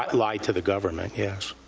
um lie to the government, yes.